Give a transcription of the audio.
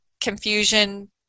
confusion